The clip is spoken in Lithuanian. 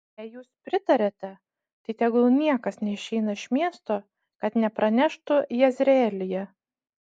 jei jūs pritariate tai tegul niekas neišeina iš miesto kad nepraneštų jezreelyje